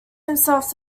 himself